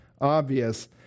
obvious